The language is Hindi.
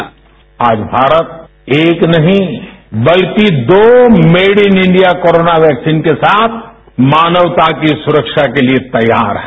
बाईट आज भारत एक नहीं बल्कि दो made in India corona vaccine के साथ मानवता की सुरक्षा के लिए तैयार है